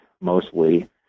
mostly